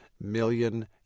million